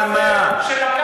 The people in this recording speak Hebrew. על מה?